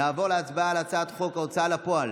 נעבור להצבעה על הצעת חוק ההוצאה לפועל